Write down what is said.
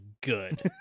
good